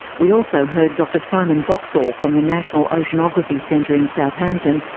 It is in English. we also heard dr simon boxall from the national oceanography centre, and southampton,